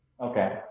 Okay